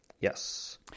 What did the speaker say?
Yes